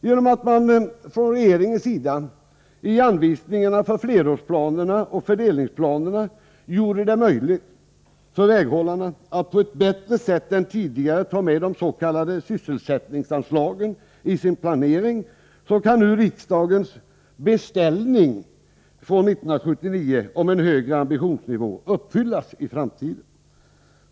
Genom att man från regeringens sida i anvisningarna för flerårsoch fördelningsplanerna gjorde det möjligt för väghållarna att på ett bättre sätt än tidigare ta med de s.k. sysselsättningsanslagen i sin planering, kan riksdagens ”beställning” från 1979 uppfyllas i framtiden.